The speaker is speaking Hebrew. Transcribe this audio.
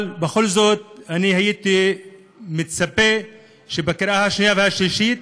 אבל בכל זאת הייתי מצפה שבקריאה השנייה והשלישית